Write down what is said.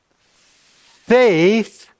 Faith